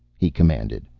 he commanded,